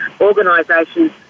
organisations